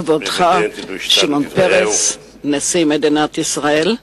כבודך, שמעון פרס, נשיא מדינת ישראל,